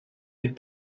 des